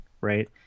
right